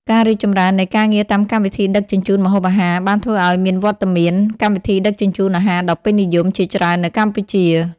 ការរីកចម្រើននៃការងារតាមកម្មវិធីដឹកជញ្ជូនម្ហូបអាហារបានធ្វើឱ្យមានវត្តមាន កម្មវិធីដឹកជញ្ជូនអាហារដ៏ពេញនិយម ជាច្រើននៅកម្ពុជា។